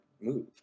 move